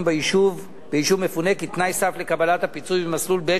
ביישוב מפונה כתנאי סף לקבלת הפיצוי במסלול ב',